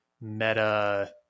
meta